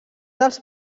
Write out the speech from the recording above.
dels